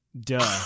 Duh